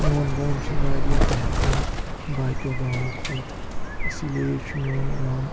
میون گام چھُ وارِیاہ بہتریٖن باقیو گامو کھۄتہٕ اِسی لیے چھُ میون گام